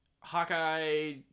hawkeye